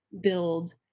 build